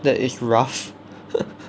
that is rough